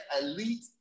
elite